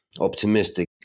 optimistic